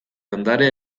ondare